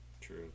True